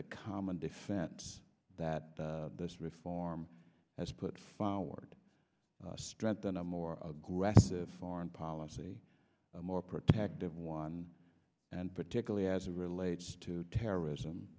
the common defense that this reform has put forward strengthen a more aggressive foreign policy a more protective one and particularly as it relates to terrorism